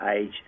age